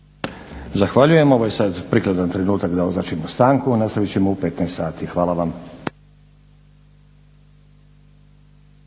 Zahvaljujem. Ovo je sad prikladan trenutak da označimo stanku. Nastavit ćemo u 15,00 sati. Hvala vam.